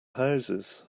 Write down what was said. houses